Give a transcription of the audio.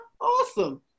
Awesome